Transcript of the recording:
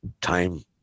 time